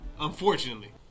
Unfortunately